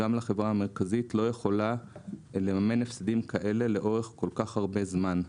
גם החברה המרכזית לא יכולה לממן הפסדים כאלה לאורך כל כך הרבה זמן.